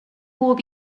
bob